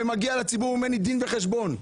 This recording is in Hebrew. ומגיע לציבור דין וחשבון ממני.